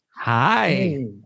Hi